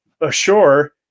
ashore